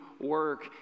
work